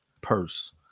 purse